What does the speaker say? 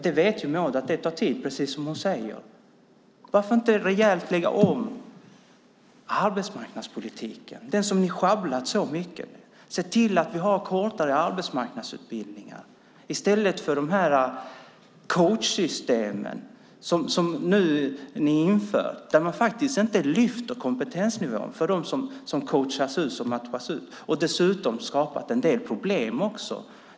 Men Maud Olofsson vet, precis som hon säger, att det tar tid. Varför lägger man inte om arbetsmarknadspolitiken rejält som ni sjabblat så mycket med? Se till att vi har kortare arbetsmarknadsutbildningar i stället för dessa coachsystem som ni nu inför. Där lyfter man faktiskt inte kompetensnivån för dem som coachas ut. Dessa system har dessutom skapat en del problem.